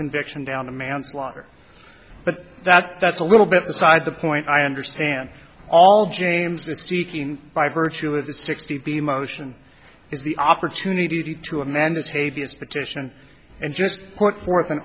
conviction down to manslaughter but that's a little bit inside the point i understand all james is seeking by virtue of the sixty motion is the opportunity to amend this fabian's petition and just put forth an